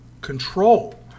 control